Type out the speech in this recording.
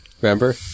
Remember